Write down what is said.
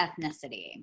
ethnicity